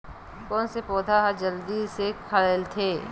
कोन से पौधा ह जल्दी से खिलथे?